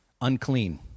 Unclean